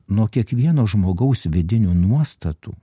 nuo kiekvieno žmogaus vidinių nuostatų